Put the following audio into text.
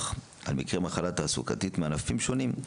על מקרי מחלה תעסוקתית מענפים שונים,